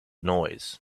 noise